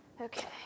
Okay